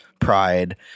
pride